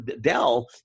Dell